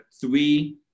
three